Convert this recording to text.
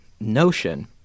notion